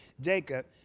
Jacob